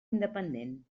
independent